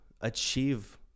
achieve